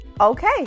Okay